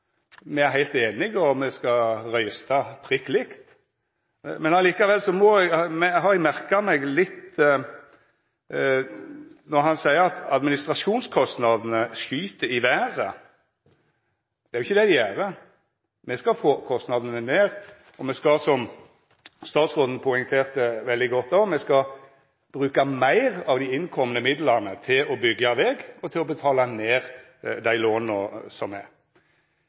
me er heilt enige i, og me skal røysta prikk likt. Men likevel har eg merka meg at han seier at administrasjonskostnadene skyt i veret. Det er ikkje det dei gjer. Me skal få kostnadane ned, og me skal, som statsråden poengterte veldig godt, bruka meir av dei innkomne midlane til å byggja veg og til å betala ned dei låna som er.